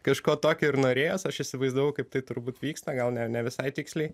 kažko tokio ir norėjos aš įsivaizdavau kaip tai turbūt vyksta gal ne ne visai tiksliai